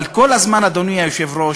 אבל כל הזמן, אדוני היושב-ראש,